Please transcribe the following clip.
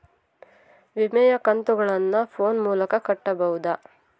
ವಿಮೆಯ ಕಂತುಗಳನ್ನ ಫೋನ್ ಮೂಲಕ ಕಟ್ಟಬಹುದಾ?